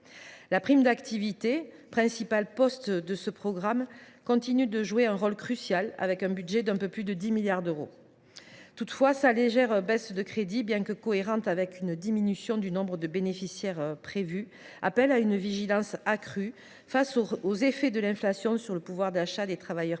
La prime d’activité, principal poste de ce programme, continue de jouer un rôle crucial, avec un budget d’un peu plus de 10 milliards d’euros. Toutefois, la légère baisse de ses crédits, bien que cohérente avec une diminution prévue du nombre de ses bénéficiaires, appelle une vigilance accrue face aux effets de l’inflation sur le pouvoir d’achat des travailleurs précaires,